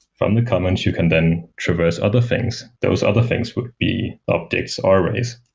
from the comments, you can then traverse other things. those other things would be objects or arrays.